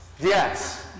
Yes